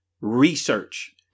research